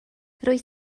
rwyt